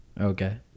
Okay